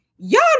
Y'all